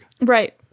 Right